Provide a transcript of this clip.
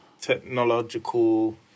technological